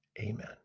Amen